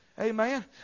Amen